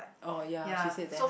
oh ya she said that